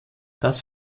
das